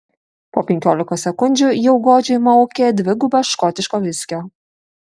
po penkiolikos sekundžių jau godžiai maukė dvigubą škotiško viskio